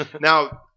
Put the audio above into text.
now